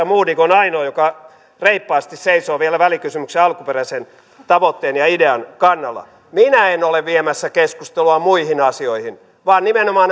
modig on ainoa joka reippaasti seisoo vielä välikysymyksen alkuperäisen tavoitteen ja idean kannalla minä en ole viemässä keskustelua muihin asioihin vaan nimenomaan